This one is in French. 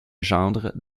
gendre